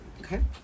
Okay